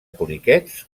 poliquets